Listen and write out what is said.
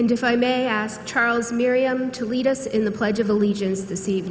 and if i may ask charles miriam to lead us in the pledge of allegiance the se